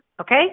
okay